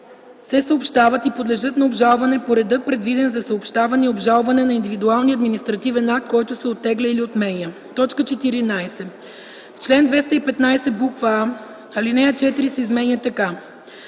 се съобщават и подлежат на обжалване по реда, предвиден за съобщаване и обжалване на индивидуалния административен акт, който се оттегля или отменя.” 14. В чл. 215: а) алинея 4 се изменя така: